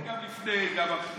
הייתי גם לפני, גם אחרי.